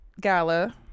Gala